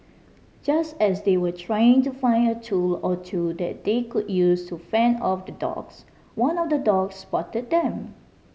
just as they were trying to find a tool or two that they could use to fend off the dogs one of the dogs spotted them